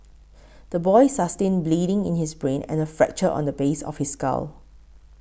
the boy sustained bleeding in his brain and a fracture on the base of his skull